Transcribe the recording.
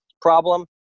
problem